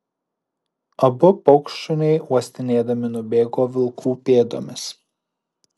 abu paukštšuniai uostinėdami nubėgo vilkų pėdomis